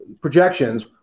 projections